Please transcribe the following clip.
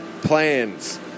plans